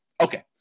Okay